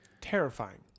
Terrifying